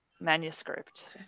manuscript